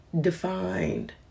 defined